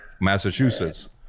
Massachusetts